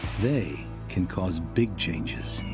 they can cause big changes,